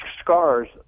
scars